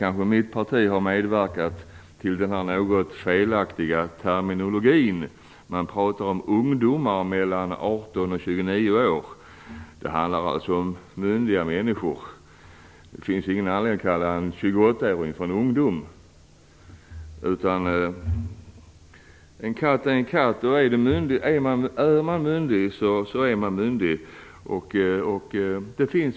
Man pratar här om ungdomar mellan 18 och 29 år. Även mitt parti har medverkat till denna något felaktiga terminologi. Det handlar alltså om myndiga människor. Det finns ingen anledning att kalla en 28-åring för ungdom. En katt är en katt. Är man myndig så är man myndig.